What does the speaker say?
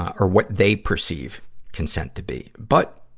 um or, what they perceive consent to be. but,